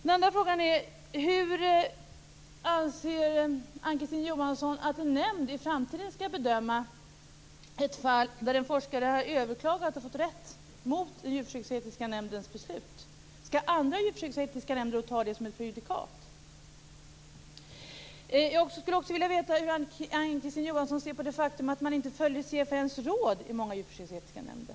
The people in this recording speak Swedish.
En annan fråga är hur Ann-Kristine Johansson anser att en nämnd i framtiden skall bedöma ett fall där en forskare har överklagat och fått rätt mot den djurförsöksetiska nämndens beslut. Skall andra djurförsöksetiska nämnder då ta detta som ett prejudikat? Jag skulle också vilja veta hur Ann-Kristine Johansson ser på det faktum att man inte följer CFN:s råd i många djurförsöksetiska nämnder.